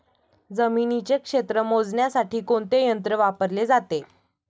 जमिनीचे क्षेत्र मोजण्यासाठी कोणते यंत्र वापरले जाते?